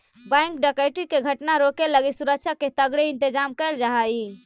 bank डकैती के घटना के रोके लगी सुरक्षा के तगड़े इंतजाम कैल जा हइ